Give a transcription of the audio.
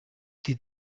die